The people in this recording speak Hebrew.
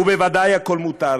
ובוודאי הכול מותר.